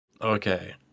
Okay